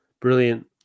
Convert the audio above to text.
Brilliant